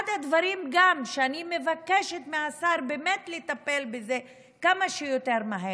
אחד הדברים שאני מבקשת מהשר באמת לטפל גם בו כמה שיותר מהר,